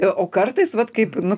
o kartais vat kaip nu